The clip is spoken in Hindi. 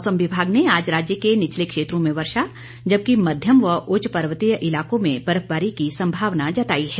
मौसम विभाग ने आज राज्य के निचले क्षेत्रों में वर्षा जबकि मध्यम व उच्च पर्वतीय इलाकों में बर्फबारी की संभावना जताई है